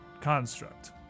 construct